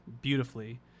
beautifully